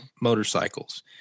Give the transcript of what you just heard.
Motorcycles